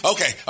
Okay